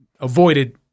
avoided